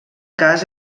cas